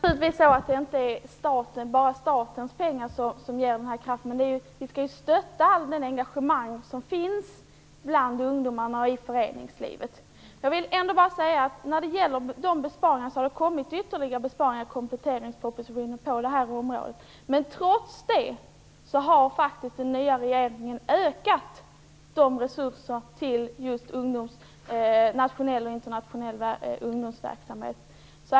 Fru talman! Det är naturligtvis inte bara statens pengar som ger den här kraften. Men vi skall ju stötta allt det engagemang som finns bland ungdomarna och i föreningslivet. Det har kommit ytterligare besparingar på det här området i kompletteringspropositionen. Men trots det har den nya regeringen ökat resurserna till nationell och internationell ungdomsverksamhet.